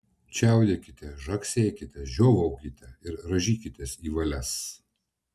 čiaudėkite žagsėkite žiovaukite ir rąžykitės į valias